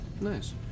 Nice